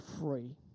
free